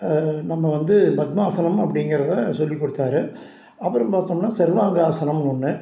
நம்ம வந்து பத்மாசனம் அப்படிங்கிறத சொல்லிக் கொடுத்தாரு அப்புறம் பார்த்தோம்னா சர்வாங்காசனம்னு ஒன்று